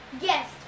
Yes